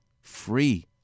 free